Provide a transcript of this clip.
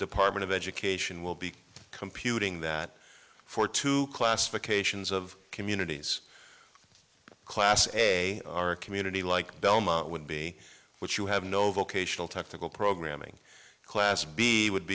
department of education will be computing that for two classifications of communities class a community like belmont would be what you have no vocational technical programming class b would